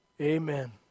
amen